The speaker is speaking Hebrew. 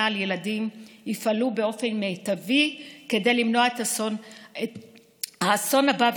על ילדים יפעלו באופן מיטבי כדי למנוע את האסון הבא,